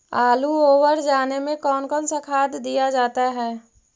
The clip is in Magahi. आलू ओवर जाने में कौन कौन सा खाद दिया जाता है?